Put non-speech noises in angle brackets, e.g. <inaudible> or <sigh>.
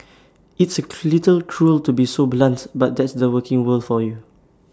it's A <unintelligible> little cruel to be so blunts but that's the working world for you